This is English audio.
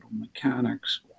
mechanics